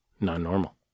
non-normal